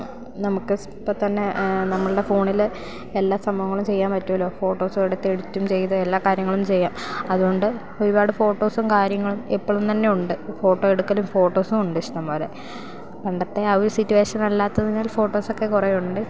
നമുക്ക് ഇപ്പം തന്നെ നമ്മളുടെ ഫോണിൽ എല്ലാ സംഭവങ്ങളും ചെയ്യാൻ പറ്റുമല്ലോ ഫോട്ടോസും എടുത്ത് എഡിറ്റും ചെയ്ത് എല്ലാ കാര്യങ്ങളും ചെയ്യാം അതുകൊണ്ട് ഒരുപാട് ഫോട്ടോസും കാര്യങ്ങളും എപ്പോളും തന്നെ ഉണ്ട് ഫോട്ടോ എടുക്കലും ഫോട്ടോസും ഉണ്ട് ഇഷ്ടം പോലെ പണ്ടത്തെ ആ ഒരു സിറ്റുവേഷനല്ലാത്തതിനാൽ ഫോട്ടോസൊക്കെ കുറേ ഉണ്ട്